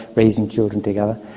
raising children together,